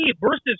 versus